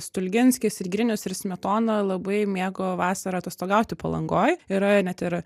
stulginskis ir grinius ir smetona labai mėgo vasarą atostogauti palangoj yra net ir